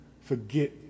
forget